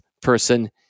person